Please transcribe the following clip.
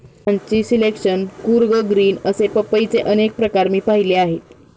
Ranchi selection, Coorg green असे पपईचे अनेक प्रकार मी पाहिले आहेत